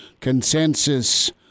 consensus